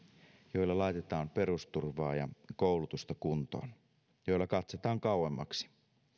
joilla laitetaan perusturvaa ja koulutusta kuntoon joilla katsotaan kauemmaksi